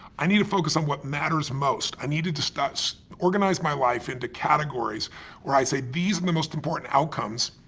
i need to focus on what matters most. i need to discuss, organize my life into categories where i say, these are and the most important outcomes,